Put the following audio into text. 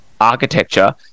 architecture